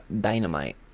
Dynamite